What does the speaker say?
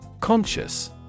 Conscious